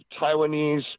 Taiwanese